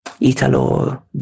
Italo